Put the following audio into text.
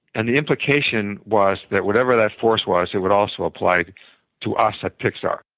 and the implication was that whatever that force was, it would also apply to us at pixar.